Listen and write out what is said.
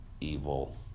evil